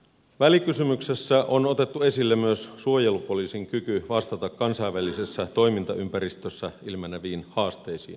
välikysymyksessä on otettu esille myös suojelupoliisin kyky vastata kansainvälisessä toimintaympäristössä ilmeneviin haasteisiin